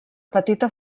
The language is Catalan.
petita